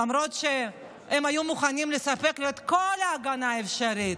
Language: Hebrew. למרות שהם היו מוכנים לספק לי את כל ההגנה האפשרית,